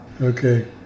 Okay